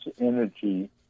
energy